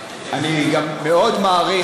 אני גם מאוד מעריך,